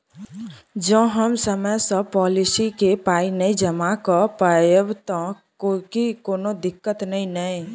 जँ हम समय सअ पोलिसी केँ पाई नै जमा कऽ पायब तऽ की कोनो दिक्कत नै नै?